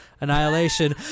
Annihilation